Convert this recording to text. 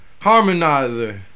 harmonizer